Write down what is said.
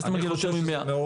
כשאנחנו,